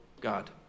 God